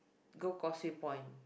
go Causeway-Point